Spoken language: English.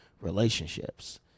relationships